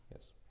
yes